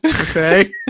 okay